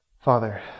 Father